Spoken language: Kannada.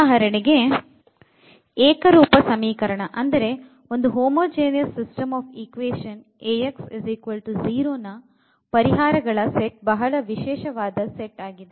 ಉದಾಹರಣೆಗೆ ಏಕರೂಪದ ಸಮೀಕರಣ Ax0ನ ಪರಿಹಾರಗಳ ಸೆಟ್ ಬಹಳ ವಿಶೇಷವಾದ ಸೆಟ್ ಆಗಿದೆ